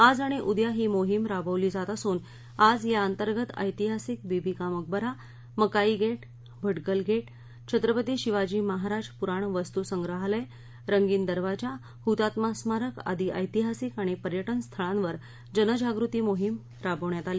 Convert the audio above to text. आज आणि उद्या ही मोहीम राबवली जात असून आज याअंतर्गत ऐतिहासिक बीबी का मकबरा मकाई गेट भडकल गेट छत्रपती शिवाजी महराज पुराण वस्तु संग्रहालय रंगीन दरवाजा हुतात्मा स्मारक आदी ऐतिहासिक आणि पर्यटन स्थळांवर जनजागृती मोहीम राबवण्यात आली